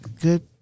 good